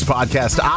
Podcast